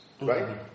Right